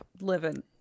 living